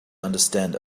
understand